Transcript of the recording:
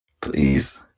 Please